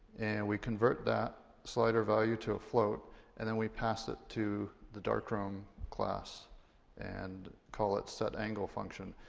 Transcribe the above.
and we convert that slighter value to a float and then we pass it to the darkroom class and call it setangle function.